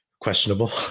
questionable